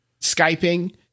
skyping